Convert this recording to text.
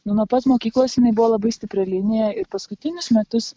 nu nuo pat mokyklos jinai buvo labai stipria linija ir paskutinius metus